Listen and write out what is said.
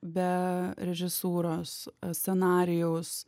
be režisūros scenarijaus